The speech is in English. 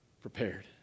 prepared